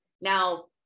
Now